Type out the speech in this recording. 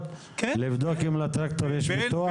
לבדוק אם לטרקטורון יש ביטוח?